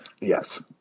yes